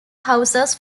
houses